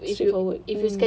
straightforward mm